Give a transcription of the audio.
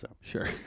Sure